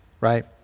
right